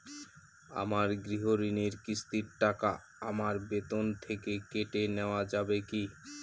আমার গৃহঋণের কিস্তির টাকা আমার বেতন থেকে কেটে নেওয়া যাবে কি?